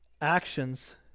actions